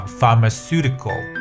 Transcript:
pharmaceutical 。